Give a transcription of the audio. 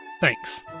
Thanks